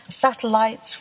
satellites